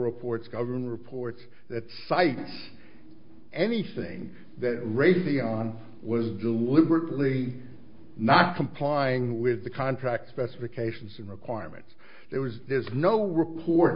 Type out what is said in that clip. reports government reports that cite anything that raytheon was deliberately not complying with the contract specifications and requirements there was there's no report